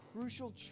crucial